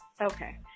Okay